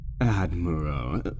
Admiral